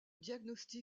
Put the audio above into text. diagnostic